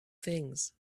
things